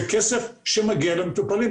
זה כסף שמגיע למטופלים.